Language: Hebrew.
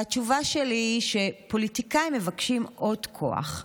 והתשובה שלי היא שפוליטיקאים שמבקשים עוד כוח,